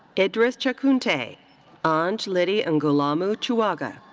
idriss tchakounte. ange um ange lydie and ngalamou tchouaga.